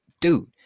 Dude